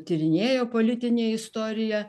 tyrinėjo politinę istoriją